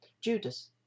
Judas